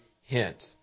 hint